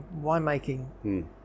winemaking